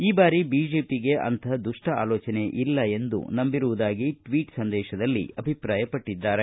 ಈ ಬಾರಿ ಬಿಜೆಪಿಗೆ ಅಂಥ ದುಪ್ನ ಆಲೋಚನೆ ಇಲ್ಲ ಎಂದು ನಂಬಿರುವುದಾಗಿ ಟ್ವೀಟ್ ಸಂದೇಶದಲ್ಲಿ ಅಭಿಪ್ರಾಯಪಟ್ಟದ್ದಾರೆ